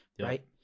Right